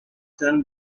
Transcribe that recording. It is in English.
done